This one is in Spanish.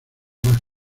más